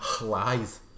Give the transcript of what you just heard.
Lies